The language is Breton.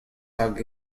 hag